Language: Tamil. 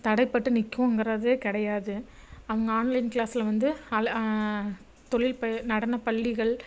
தடைப்பட்டு நிரகுங்குறதே கிடையாது அவங்க ஆன்லைன் கிளாஸில் வந்து அள தொழில் ப நடனப்பள்ளிகள்